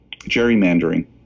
gerrymandering